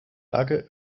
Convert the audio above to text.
lage